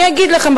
אני אגיד לכם,